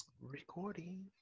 Recording